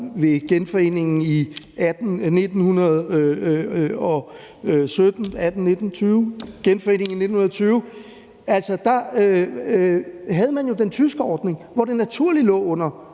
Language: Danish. ved genforeningen i 1920. Altså, der havde man jo den tyske ordning, hvor det naturligt lå under